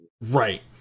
Right